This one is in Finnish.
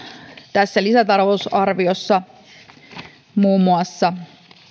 tässä lisätalousarviossa muun muassa